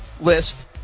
list